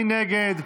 מי נגד?